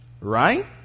Right